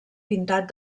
pintat